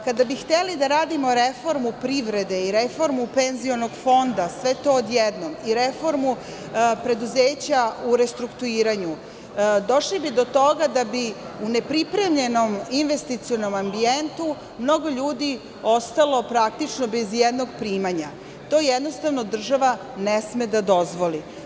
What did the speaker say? Kada bi hteli da radimo reformu privrede i reformu Penzionog fonda, sve to odjednom, i reformu preduzeća u restrukturiranju, došli bi do toga da bi u nepripremljenom investicionom ambijentu mnogo ljudi ostalo praktično bez i jednog primanja, to jednostavno država ne sme da dozvoli.